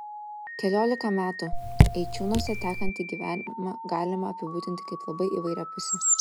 keliolika metų eičiūnuose tekantį gyvenimą galima apibūdinti kaip labai įvairiapusį